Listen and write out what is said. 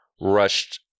rushed